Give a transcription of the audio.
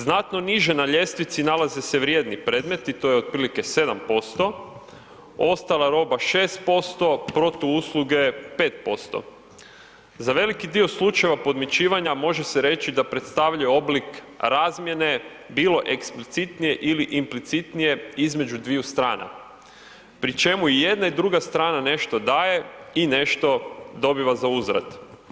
Znatno niže na ljestvici nalaze se vrijedni premeti, to je otprilike 7%, ostala roba 6%, protuusluge 5% Za veliki dio slučajeva podmićivanja može se reći da predstavljaju oblik razmjene, bilo eksplicitnije ili implicitnije između dviju strana, pri čemu i jedna i druga strana nešto daje i nešto dobiva zauzvrat.